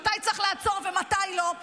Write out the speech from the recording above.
מתי צריך לעצור ומתי לא,